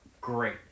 great